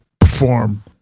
perform